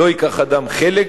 לא ייקח אדם חלק,